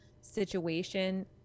situation